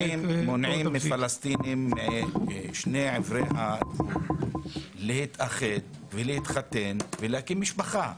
מונעים מפלסטינים משני עברי הגבול להתאחד ולהתחתן ולהקים משפחה.